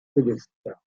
sélestat